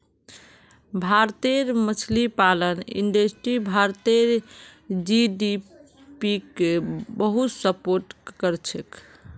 भारतेर मछली पालन इंडस्ट्री भारतेर जीडीपीक बहुत सपोर्ट करछेक